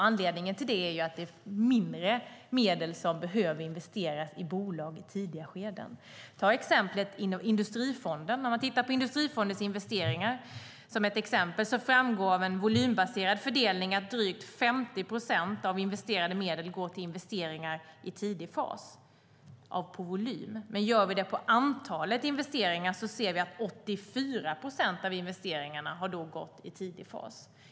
Anledningen till det är att det är mindre medel som behöver investeras i bolag i tidiga skeden. Låt oss ta exemplet Industrifonden. När man tittar på Industrifondens investeringar framgår det av en volymbaserad fördelning att drygt 50 procent av investerade medel går till investeringar i tidig fas på volym. Men om vi ser på antalet investeringar ser vi att 84 procent har gått i tidig fas.